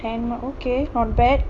ten okay not bad